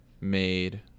Made